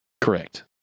Correct